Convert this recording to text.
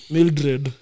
Mildred